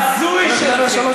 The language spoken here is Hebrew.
אין יותר קיצוני